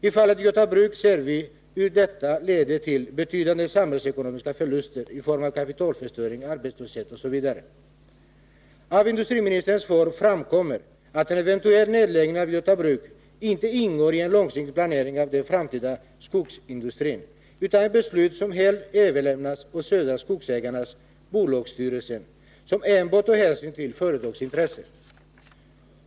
I fallet Göta Bruk ser vi hur detta leder till betydande samhällsekonomiska förluster i form av kapitalförstöring, arbetslöshet osv. Av industriministerns svar framgår att en eventuell nedläggning av Göta Bruk inte ingår i en långsiktig planering av den framtida skogsindustrin, utan att ett beslut om nedläggning helt överlämnas åt Södra Skogsägarnas bolagsstyrelse, som enbart tar hänsyn till företagsintressen.